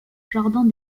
jardin